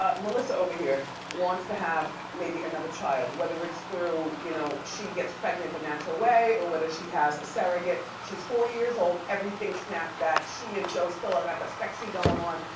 ah melissa over here wants to have maybe another child, whether it's through, you know she gets pregnant the natural way or whether she has a surrogate. she's forty years old, everything snapped back, she and joe still ah got the sexy going on,